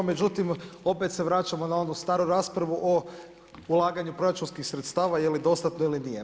Međutim, opet se vraćamo na onu staru raspravu o ulaganju proračunskih sredstava je li dostatno ili nije.